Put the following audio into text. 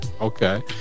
Okay